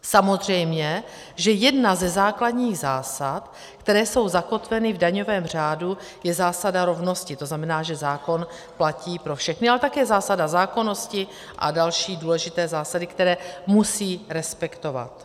Samozřejmě že jedna ze základních zásad, které jsou zakotveny v daňovém řádu, je zásada rovnosti, to znamená, že zákon platí pro všechny, ale také zásada zákonnosti a další důležité zásady, které se musí respektovat.